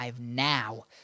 now